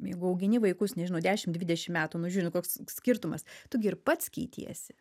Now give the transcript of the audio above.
jeigu augini vaikus nežinau dešim dvidešim metų nu žiūrint koks skirtumas tu gi ir pats keitiesi